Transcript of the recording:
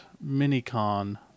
mini-con